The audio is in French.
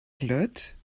clotes